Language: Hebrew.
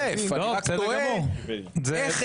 אני אומר: גם